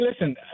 Listen